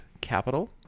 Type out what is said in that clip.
capital